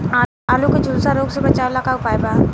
आलू के झुलसा रोग से बचाव ला का उपाय बा?